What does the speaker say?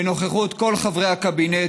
בנוכחות כל חברי הקבינט,